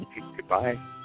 Goodbye